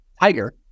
tiger